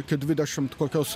iki dvidešimt kokios